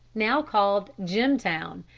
now called jimtown,